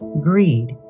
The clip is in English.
Greed